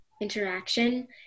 interaction